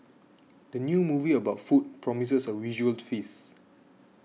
the new movie about food promises a visual feast